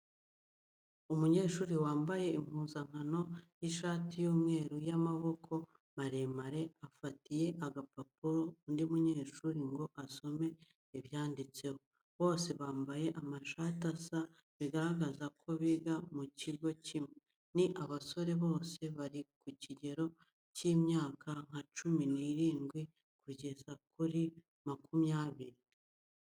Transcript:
Umunyeshuri wambaye impuzankano y'ishati y'umweru y'amaboko maremare afatiye agapapuro undi munyeshuri ngo asome ibyanditseho. Bose bambaye amashati asa bigaragaza ko biga mu kigo kimwe. Ni abasore bose bari mu kigero cy'imyaka nka cumi n'irindwi kugeza kuri makumyabiri.